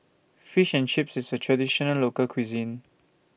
Fish and Chips IS A Traditional Local Cuisine